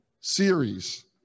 series